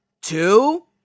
Two